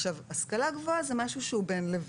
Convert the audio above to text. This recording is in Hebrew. השכלה גבוהה זה משהו שהוא בין לבין.